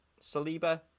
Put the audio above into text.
Saliba